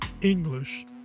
English